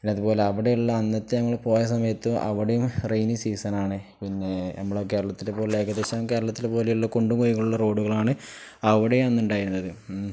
പിന്നതുപോലെ അവിടെയള്ള അന്നത്തെ ഞങ്ങള് പോയ സമയത്ത അവിടെയും റെെനി സീസൺാണ് പിന്നെ ഞമ്മള കേരളത്തില പോലെ ഏകദേശം കേരള പോലെയുള്ള കൊണ്ടപയികുള്ള റോഡുകളാണ് അവിടെ അന്നുണ്ടായിരുന്നത്